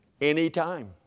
anytime